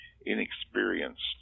inexperienced